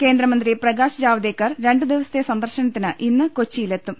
കേന്ദ്രമന്ത്രി പ്രകാശ് ജാവദേക്കർ രണ്ട് ദിവസത്തെ സന്ദർശനത്തിന് ഇന്ന് കൊച്ചി യിലെത്തും